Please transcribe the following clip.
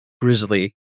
Grizzly